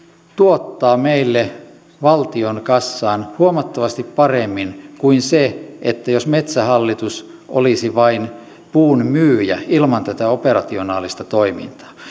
tuottaa meille valtion kassaan huomattavasti paremmin kuin se jos metsähallitus olisi vain puun myyjä ilman tätä operationaalista toimintaa